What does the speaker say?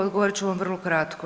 Odgovorit ću vam vrlo kratko.